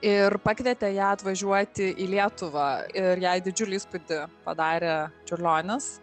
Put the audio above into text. ir pakvietė ją atvažiuoti į lietuvą ir jai didžiulį įspūdį padarė čiurlionis